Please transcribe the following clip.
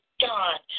God